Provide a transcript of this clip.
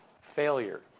failure